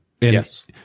Yes